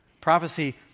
Prophecy